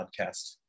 podcast